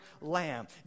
lamb